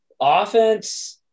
offense